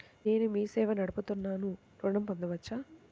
నేను మీ సేవా నడుపుతున్నాను ఋణం పొందవచ్చా?